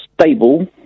stable